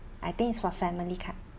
I think it's for family card